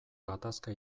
gatazka